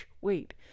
wait